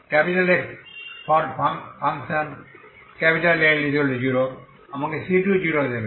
XL0 আমাকে c20 দেবে